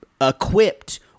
equipped